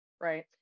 right